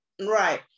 Right